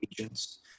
agents